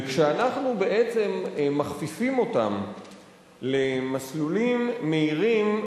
וכשאנחנו מכפיפים אותם למסלולים מהירים,